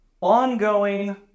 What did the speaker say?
ongoing